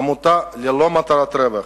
עמותה ללא מטרת רווח,